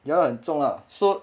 ya lah 很重 lah so